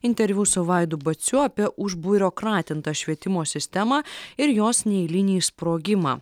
interviu su vaidu baciu apie už biurokratintą švietimo sistemą ir jos neeilinį sprogimą